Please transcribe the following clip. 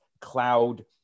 cloud